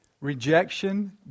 rejection